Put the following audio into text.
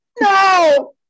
No